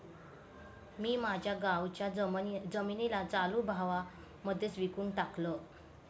मी माझ्या गावाच्या जमिनीला चालू भावा मध्येच विकून टाकलं